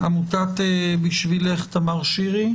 מעמותת 'בשבילך', תמר שירי.